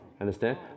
Understand